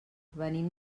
venim